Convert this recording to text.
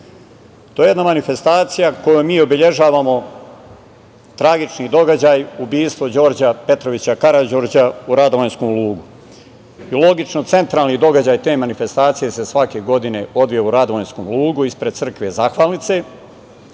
To je jedna manifestacija kojom mi obeležavamo tragični događaj – ubistvo Đorđa Petrovića Karađorđa u Radovanjskom lugu. Logično, centralni događaj te manifestacije se svake godine odvija u Radovanjskom lugu ispred crkve Zahvalnice.